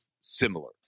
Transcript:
similar